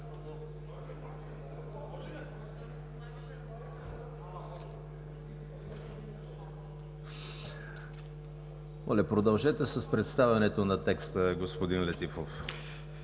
продължете с представянето на текста, господин Летифов.